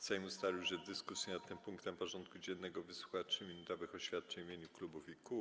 Sejm ustalił, że w dyskusji nad tym punktem porządku dziennego wysłucha 3-minutowych oświadczeń w imieniu klubów i kół.